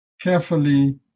Carefully